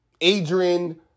Adrian